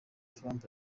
trump